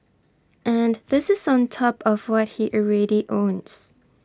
and this is on top of what he already owns